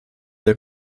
der